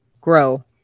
Grow